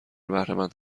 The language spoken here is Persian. بهرهمند